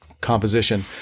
composition